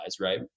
right